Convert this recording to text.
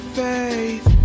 faith